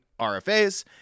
RFAs